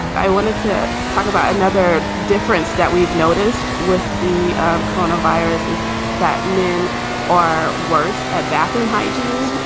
i wanted to talk about another difference that we've noticed with the corona viruses that men are worse at bathroom hygiene.